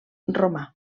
romà